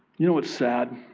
you know what's sad?